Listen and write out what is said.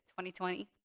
2020